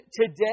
today